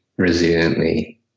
resiliently